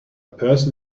person